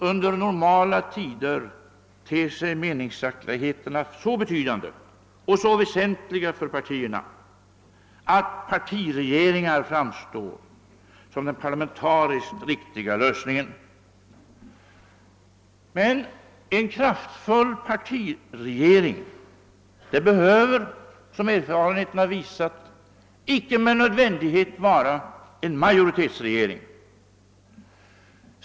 Under normala tider ter sig meningsskiljaktigheterna så betydande och så väsentliga för partierna, att partiregeringar framstår såsom den parlamentariskt riktiga lösningen. Men en kraftfull partiregering behöver, såsom erfarenheterna visat, icke med nödvändighet vara en majoritetsregering.